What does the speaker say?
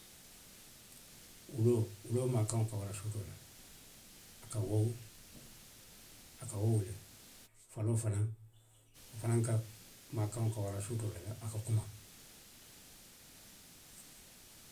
Wuloo, wuloo maakaŋo ka wara suutoo la, a ka wowu, a ka wowu le. Faloo fanaŋ, wo fanaŋ ka, maakaŋo ka wara suutoo le la, a ka kuma.